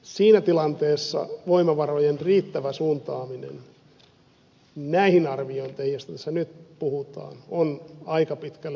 siinä tilanteessa voimavarojen riittävä suuntaaminen näihin arviointeihin joista tässä nyt puhutaan on aika pitkälle puhdasta utopiaa